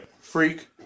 Freak